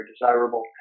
desirable